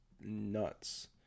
nuts